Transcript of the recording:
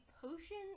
potion